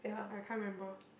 I can't remember